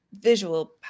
visual